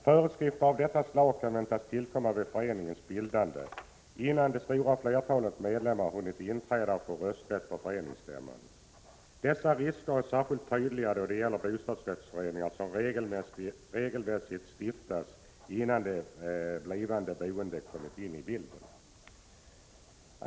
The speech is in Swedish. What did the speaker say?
Föreskrifter av detta slag kan väntas tillkomma vid föreningens bildande, innan det stora flertalet medlemmar hunnit inträda och få rösträtt på föreningsstämman. Dessa risker är särskilt tydliga då det gäller bostadsrättsföreningar, som regelmässigt stiftas innan de blivande boende kommer in i bilden.